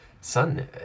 son